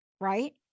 right